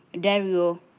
Dario